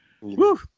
Woo